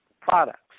products